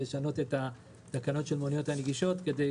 לשנות את התקנות של המוניות הנגישות כדי